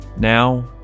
Now